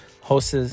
hosts